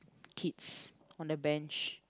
kids on the bench